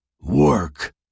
Work